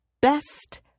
best